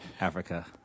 Africa